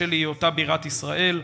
בשל היותה בירת ישראל.